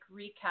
recap